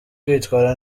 kwitwara